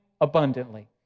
abundantly